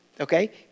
Okay